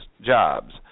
jobs